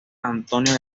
antonio